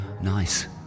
Nice